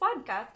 podcast